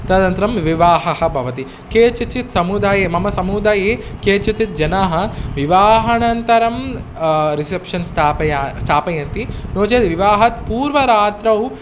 तदनन्तरं विवाहः भवति केषुचित् समुदाये मम समुदाये केषुचित् जनाः विवाहानन्तरं रिसेप्षन् स्थापयन्ति स्थापयन्ति नो चेत् विवाहात् पूर्वरात्रौ